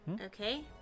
Okay